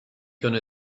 gonna